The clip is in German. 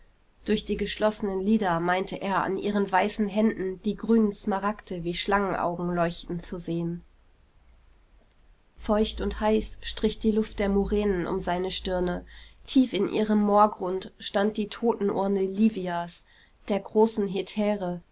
durch die geschlossenen lider meinte er an ihren weißen händen die grünen smaragde wie schlangenaugen leuchten zu sehen feucht und heiß strich die luft der muränen um seine stirne tief in ihrem moorgrund stand die totenurne livias der großen hetäre